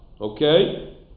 Okay